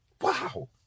Wow